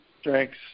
strengths